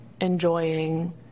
enjoying